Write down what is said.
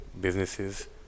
businesses